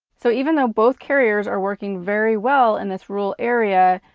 so, even though both carriers are working very well in this rural area,